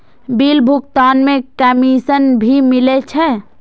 Bill भुगतान में commission भी मिले छै?